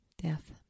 death